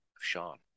Sean